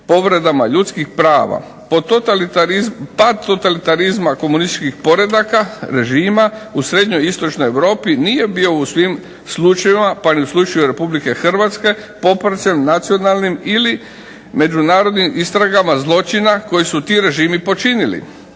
povredama ljudskih prava. Pad totalitarizma komunističkih poredaka, režima u Srednjoj i Istočnoj Europi nije bio u svim slučajevima pa ni u slučaju RH popraćen nacionalnim ili međunarodnim istragama zločina koji su ti režimi počinili.